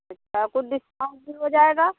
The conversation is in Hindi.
अच्छा कुछ डिस्काउंट भी हो जाएगा